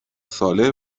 ساله